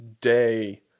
day